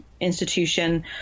institution